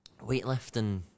weightlifting